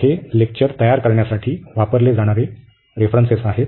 तर हे लेक्चर्स तयार करण्यासाठी वापरले जाणारे रेफरन्सेस आहेत